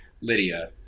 Lydia